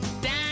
down